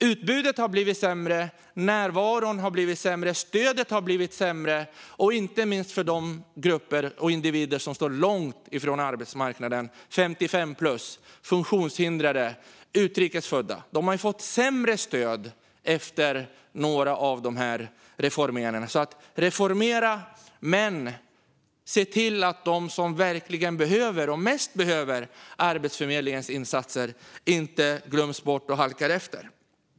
Utbudet har blivit sämre, närvaron har blivit sämre och stödet har blivit sämre, inte minst för de grupper och individer som står långt ifrån arbetsmarknaden - 55-plus, funktionshindrade och utrikes födda. De har fått sämre stöd efter några av de här reformeringarna. Reformera alltså, men se till att de som verkligen behöver Arbetsförmedlingens insatser inte glöms bort och halkar efter!